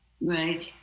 right